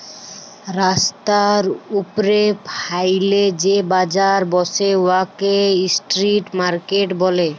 রাস্তার উপ্রে ফ্যাইলে যে বাজার ব্যসে উয়াকে ইস্ট্রিট মার্কেট ব্যলে